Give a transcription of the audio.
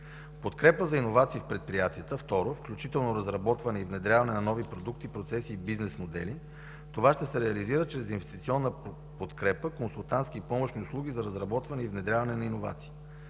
подкрепа за иновации в предприятията, включително разработване и внедряване на нови продукти, процеси и бизнес модели. Това ще се реализира чрез инвестиционна подкрепа на консултантски и помощни услуги за разработване и внедряване на иновации.